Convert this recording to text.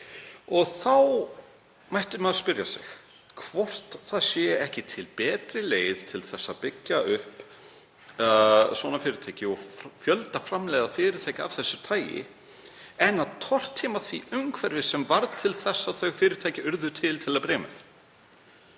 Þá mætti maður spyrja sig hvort ekki sé til betri leið til að byggja upp svona fyrirtæki og fjöldaframleiða fyrirtæki af þessu tagi en að tortíma því umhverfi sem varð til þess að þau fyrirtæki urðu til til að byrja með.